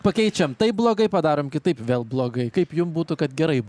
pakeičiame taip blogai padarome kitaip vėl blogai kaip jum būtų kad gerai